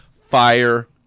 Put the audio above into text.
Fire